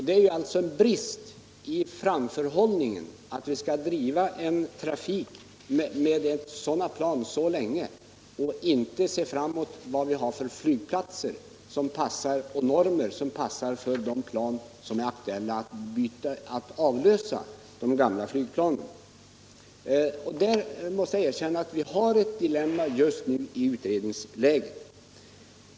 Det är alltså en brist i framförhållningen att vi skall driva en trafik med sådana flygplan så länge och inte se framåt mot vad vi har för flygplatser och normer som passar för de flygplan som är aktuella att avlösa de gamla flygplanen. Jag måste erkänna att det just nu är ett dilemma i utredningsarbetet.